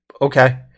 okay